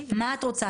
מה את רוצה?